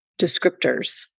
descriptors